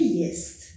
jest